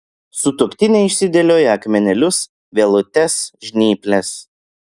sutuoktinė išsidėlioja akmenėlius vielutes žnyples